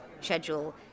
schedule